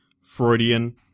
Freudian